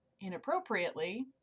inappropriately